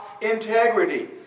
integrity